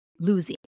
losing